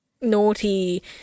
naughty